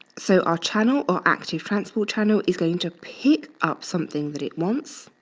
so our channel or active transport channel is going to pick up something that it wants.